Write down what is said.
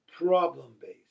problem-based